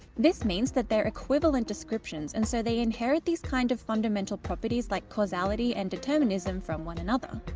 this means that they're equivalent descriptions and so they inherit these kinds of fundamental properties like causality and determinism from one another.